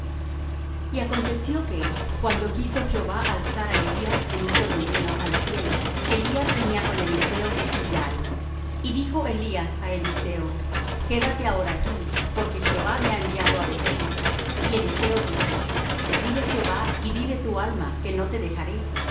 y acontecio que cuando quiso jehová alzar á elías en un torbellino al cielo elías venía con eliseo de gilgal y dijo elías á eliseo quédate ahora aquí porque jehová me ha enviado á beth-el y eliseo dijo vive jehová y vive tu alma que no te dejaré